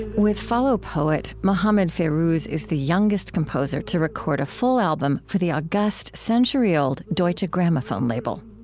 with follow, poet, mohammed fairouz is the youngest composer to record a full album for the august century-old deutsche grammophon label.